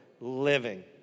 living